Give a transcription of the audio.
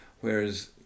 Whereas